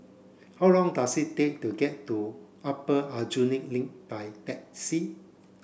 how long does it take to get to Upper Aljunied Link by taxi